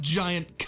giant